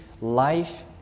life